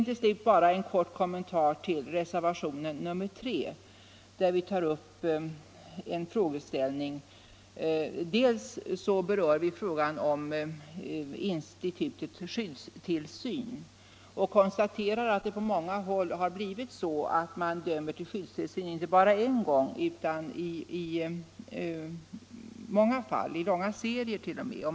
Till sist en kort kommentar till reservationen 3 där vi tar upp frågan om institutet skyddstillsyn och konstaterar att det på många håll har blivit så att det döms till skyddstillsyn inte bara en gång utan t.o.m. i långa serier.